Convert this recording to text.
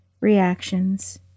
reactions